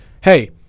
Hey